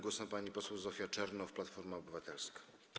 Głos ma pani poseł Zofia Czernow, Platforma Obywatelska.